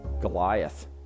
Goliath